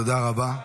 תודה רבה.